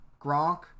Gronk